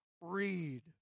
read